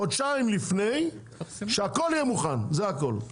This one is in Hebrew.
חודשיים לפני שהכל יהיה מוכן זה הכל,